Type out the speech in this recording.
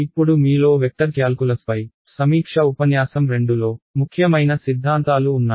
ఇప్పుడు మీలో వెక్టర్ క్యాల్కులస్పై సమీక్ష ఉపన్యాసం రెండులో ముఖ్యమైన సిద్ధాంతాలు ఉన్నాయి